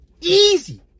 Easy